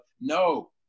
No